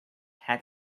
had